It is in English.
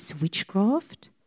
witchcraft